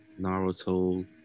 Naruto